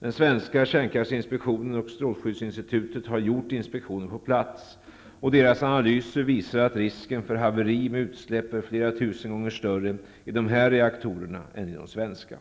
Den svenska kärnkraftinspektionen och strålskyddsinstitutet har gjort inspektioner på plats, och deras analyser visar att risken för haveri med utsläpp är flera tusen gånger större i de här reaktorerna än i de svenska.